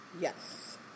Yes